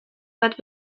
bat